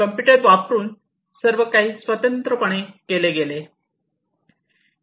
computer वापरून सर्व काही स्वतंत्रपणे केले गेले